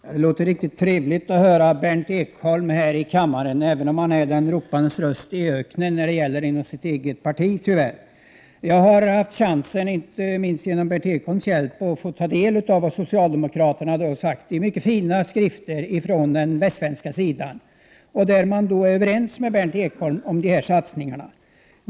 Herr talman! Det är riktigt trevligt att höra Berndt Ekholm här i kammaren, även om han tyvärr är den ropandes röst i öknen inom sitt eget parti. Inte minst genom Berndt Ekholms förtjänst har jag haft chansen att ta del av vad socialdemokraterna sagt. Det är mycket fina skrifter från den västsvenska sidan, i vilka man är överens med Berndt Ekholm om dessa satsningar.